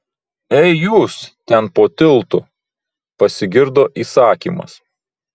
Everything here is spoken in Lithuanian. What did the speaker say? ei jūs ten po tiltu pasigirdo įsakymas